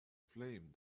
flame